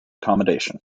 commendation